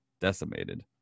decimated